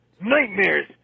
nightmares